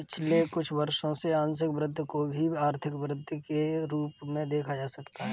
पिछले कुछ वर्षों से आंशिक वृद्धि को भी आर्थिक वृद्धि के रूप में देखा जा रहा है